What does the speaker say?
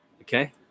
Okay